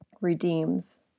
redeems